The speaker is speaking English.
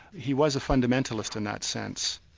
he was a fundamentalist in that sense.